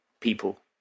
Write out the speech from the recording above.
people